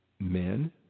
Men